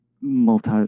multi-